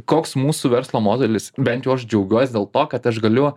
koks mūsų verslo modelis bent jau aš džiaugiuos dėl to kad aš galiu